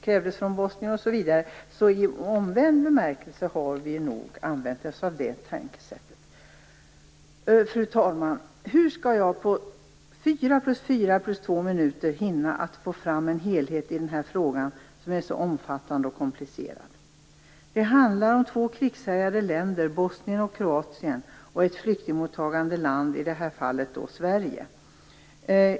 krävdes visum från Bosnien osv. Så i omvänd bemärkelse har vi nog använt oss av det här tänkesättet. Fru talman! Hur skall jag på 4+4+2 minuter hinna få fram en helhet i den här frågan, som är så omfattande och komplicerad? Det handlar om två krigshärjade länder, Bosnien och Kroatien, och ett flyktingmottagande land, i det här fallet Sverige.